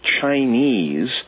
chinese